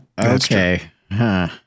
Okay